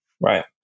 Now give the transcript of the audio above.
Right